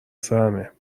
سرمه